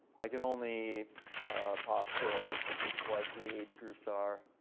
i can only postulate what the age groups are,